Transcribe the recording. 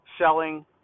selling